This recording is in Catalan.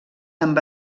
amb